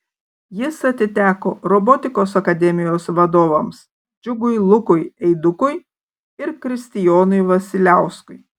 jis atiteko robotikos akademijos vadovams džiugui lukui eidukui ir kristijonui vasiliauskui